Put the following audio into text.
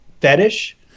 fetish